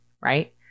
right